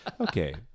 Okay